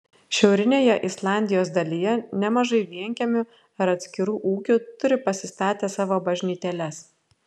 šiaurinėje islandijos dalyje nemažai vienkiemių ar atskirų ūkių turi pasistatę savo bažnytėles